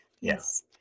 Yes